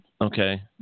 Okay